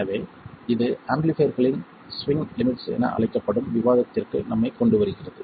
எனவே இது ஆம்பிளிஃபைர்களின் ஸ்விங் லிமிட்ஸ் என அழைக்கப்படும் விவாதத்திற்கு நம்மைக் கொண்டுவருகிறது